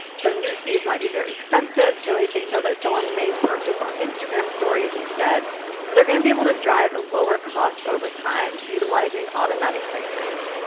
so news feeds might be very expensive so they know that someone may purchase on instagram stories instead. so they're gonna be able to drive lower costs over time utilising automatic placements.